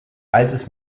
altes